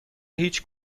هیچ